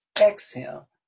Exhale